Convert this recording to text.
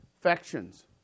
factions